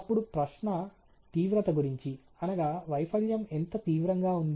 అప్పుడు ప్రశ్న తీవ్రత గురించి అనగా వైఫల్యం ఎంత తీవ్రంగా ఉంది